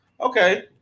okay